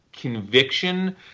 conviction